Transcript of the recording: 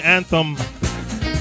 Anthem